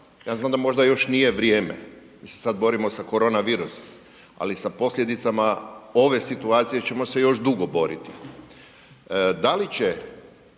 Ja znam da možda još nije vrijeme, mi se sada borimo sa korona virusom, ali sa posljedicama ove situacije ćemo se još dugo boriti. Da li će